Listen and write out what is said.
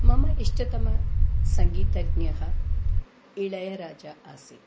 मम इष्टतमः सङ्गीतज्ञः इळयराजा अस्ति